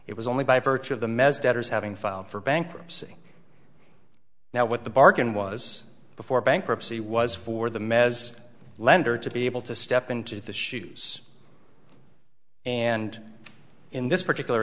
it was only by virtue of the mess debtors having filed for bankruptcy now what the bargain was before bankruptcy was for them as a lender to be able to step into the shoes and in this particular